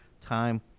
time